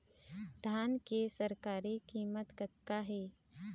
धान के सरकारी कीमत कतका हे?